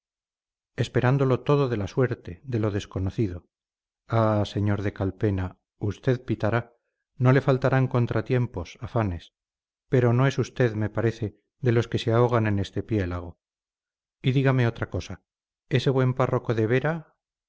esperándolo todo de la suerte de lo desconocido ah señor de calpena usted pitará no le faltarán contratiempos afanes pero no es usted me parece de los que se ahogan en este piélago y dígame otra cosa ese buen párroco de vera